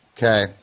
Okay